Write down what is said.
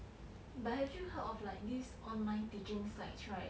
but have you heard of like this online teaching sites right